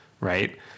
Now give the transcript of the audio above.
right